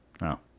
No